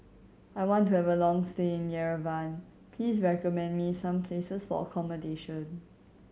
I want to have a long stay in Yerevan please recommend me some places for accommodation